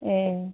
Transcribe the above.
ए